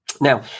Now